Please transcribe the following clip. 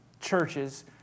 churches